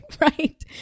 Right